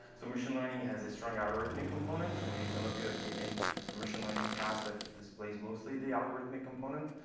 so machine learning has a strong algorithmic component. so maybe some of you have taken a machine-learning class that displays mostly the algorithmic component.